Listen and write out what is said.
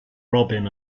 robyn